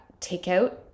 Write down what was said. takeout